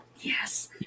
Yes